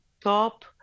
top